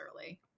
early